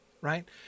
right